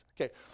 Okay